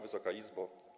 Wysoka Izbo!